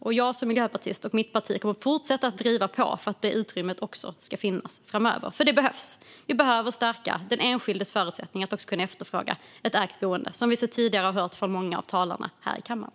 Och jag som miljöpartist och mitt parti kommer att fortsätta driva på för att det utrymmet också ska finnas framöver, för det behövs. Vi behöver stärka den enskildes förutsättningar att också efterfråga ett ägt boende, som vi sedan tidigare har hört från många av talarna här i kammaren.